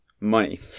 money